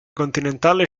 continentale